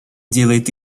делает